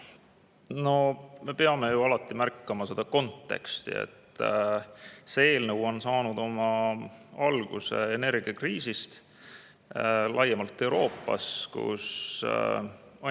Me peame alati märkama seda konteksti, et see eelnõu on saanud alguse energiakriisist laiemalt Euroopas, kus anti